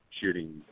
shooting